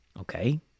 Okay